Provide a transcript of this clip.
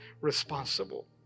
responsible